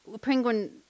Penguin